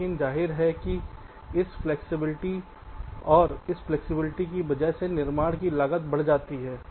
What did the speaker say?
लेकिन जाहिर है कि इस फ्लैक्सिबिलिटी है और इस फ्लैक्सिबिलिटी की वजह से निर्माण की लागत बढ़ जाती है